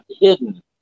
hidden